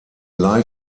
live